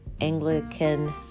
Anglican